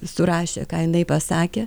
surašė ką jinai pasakė